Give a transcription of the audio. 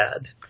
bad